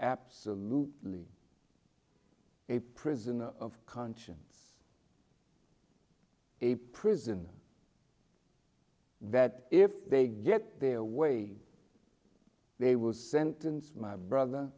absolutely a prisoner of conscience a prison that if they get their way they will sentence my brother